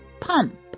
pump